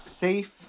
safe